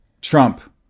Trump